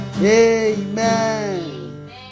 Amen